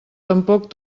tampoc